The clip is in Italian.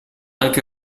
anche